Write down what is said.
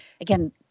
again